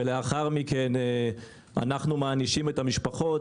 ולאחר מכן אנחנו מענישים את המשפחות,